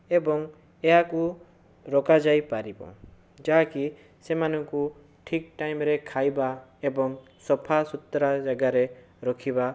ଏବଂ ଏହାକୁ ରୋକାଯାଇପାରିବ ଯାହାକି ସେମାନଙ୍କୁ ଠିକ ଟାଇମରେ ଖାଇବା ଏବଂ ସଫାସୁତୁରା ଜାଗାରେ ରଖିବା